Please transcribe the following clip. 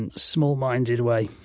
and small-minded way.